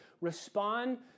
respond